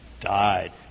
died